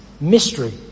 mystery